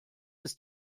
ist